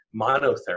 monotherapy